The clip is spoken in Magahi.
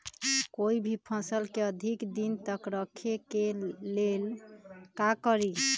कोई भी फल के अधिक दिन तक रखे के ले ल का करी?